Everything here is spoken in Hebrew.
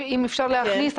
אם אפשר להכניס,